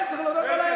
כן, צריך להודות באמת.